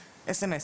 סמס.